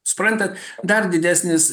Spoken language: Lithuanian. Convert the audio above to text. suprantat dar didesnis